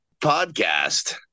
podcast